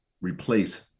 replace